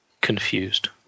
confused